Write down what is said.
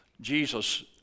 Jesus